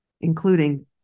including